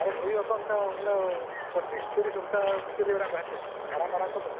ᱟᱨᱮ ᱦᱩᱭᱩᱜ ᱟᱠᱚ ᱚᱱᱠᱟ ᱢᱟᱱᱮ ᱯᱚᱸᱪᱤᱥ ᱛᱤᱨᱤᱥ ᱚᱱᱠᱟ ᱵᱷᱤᱛᱨᱤ ᱨᱮ ᱢᱮᱱᱟᱜ ᱠᱚᱣᱟ ᱦᱮᱸ ᱥᱮ ᱢᱟᱨᱟᱝ ᱢᱟᱨᱟᱝ ᱠᱚᱫᱚ